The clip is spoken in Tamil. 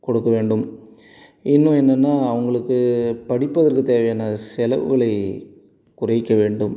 கொடுக்கவேண்டும் இன்னும் என்னென்னா அவங்களுக்கு படிப்பதற்கு தேவையான செலவுகளை குறைக்க வேண்டும்